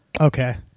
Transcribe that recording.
Okay